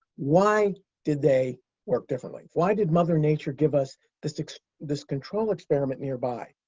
why did they work differently? why did mother nature give us this this control experiment nearby?